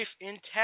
intact